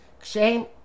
shame